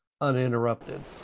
uninterrupted